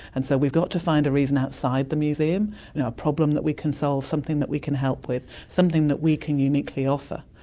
and so we've got to find a reason outside the museum, and a problem that we can solve, something that we can help with, something that we can uniquely offer.